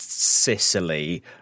Sicily